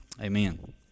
amen